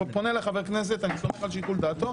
פונה אליי חבר הכנסת, אני סומך על שיקול דעתו.